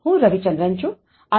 હું રવિચંદ્રન છુંઆઇ